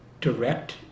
direct